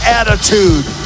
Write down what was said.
attitude